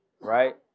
right